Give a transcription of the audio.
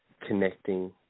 connecting